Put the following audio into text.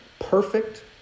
perfect